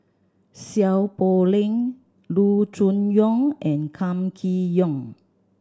Seow Poh Leng Loo Choon Yong and Kam Kee Yong